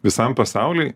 visam pasauliui